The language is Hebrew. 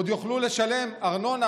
עוד יוכלו לשלם ארנונה?